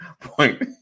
point